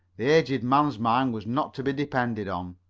the aged man's mind was not to be depended on.